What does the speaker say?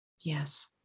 Yes